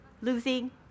losing